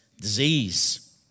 disease